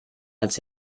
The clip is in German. als